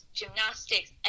gymnastics